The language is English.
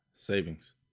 savings